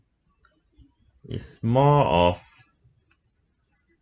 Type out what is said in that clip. it's more of